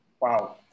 Wow